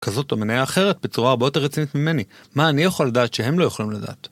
כזאת או מנייה אחרת, בצורה הרבה יותר רצינית ממני. מה אני יכול לדעת שהם לא יכולים לדעת?